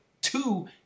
two